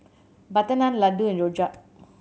butter naan laddu and rojak